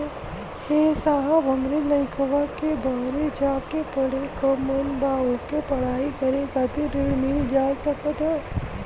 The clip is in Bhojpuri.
ए साहब हमरे लईकवा के बहरे जाके पढ़े क मन बा ओके पढ़ाई करे खातिर ऋण मिल जा सकत ह?